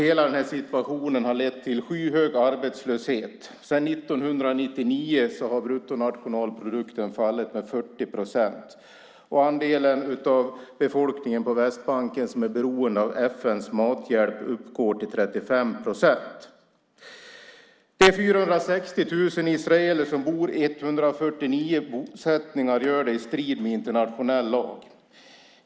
Hela denna situation har lett till en skyhög arbetslöshet. Sedan 1999 har bruttonationalprodukten fallit med 40 procent, och andelen av befolkningen på Västbanken som är beroende av FN:s mathjälp uppgår till 35 procent. De 460 000 israeler som bor i 149 bosättningar gör det i strid med internationell lag.